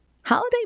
Holiday